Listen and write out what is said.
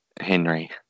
Henry